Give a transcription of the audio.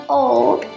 old